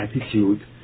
attitude